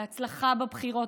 בהצלחה בבחירות,